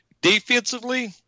Defensively